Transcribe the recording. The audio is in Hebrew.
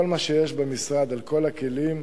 כל מה שיש במשרד, כל הכלים,